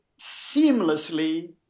seamlessly